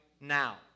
now